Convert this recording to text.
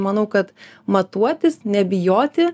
manau kad matuotis nebijoti